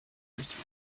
history